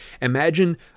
imagine